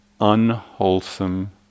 unwholesome